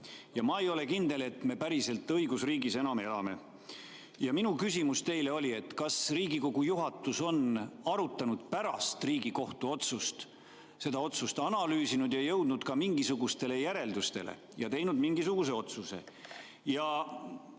Ma ei ole kindel, et me päriselt enam õigusriigis elame. Minu küsimus teile oli, kas Riigikogu juhatus on pärast Riigikohtu otsust seda arutanud, seda analüüsinud ja jõudnud ka mingisugustele järeldustele ja teinud mingisuguse otsuse. Ma